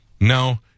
no